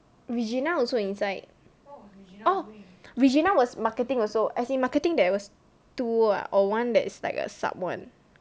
regina also inside orh regina was marketing also as in marketing there was two ah or one that's like a sub one